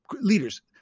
leaders